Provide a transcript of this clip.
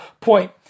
point